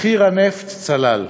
מחיר הנפט צלל,